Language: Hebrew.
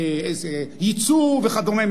היצוא וכדומה.